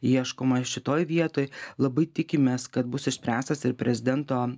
ieškoma šitoj vietoj labai tikimės kad bus išspręstas ir prezidento